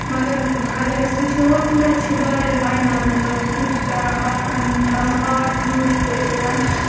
مگر اگر أسۍ وٕچھو توتہِ چھِ واریاہ پَیمانَن منٛز لُکھ کَران پَسنٛد پَنُن آرٹ یوٗز کٔرِتھ